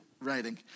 writing